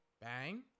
Bang